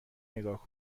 نگاه